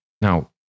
Now